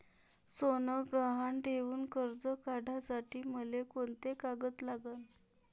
सोनं गहान ठेऊन कर्ज काढासाठी मले कोंते कागद लागन?